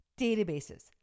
databases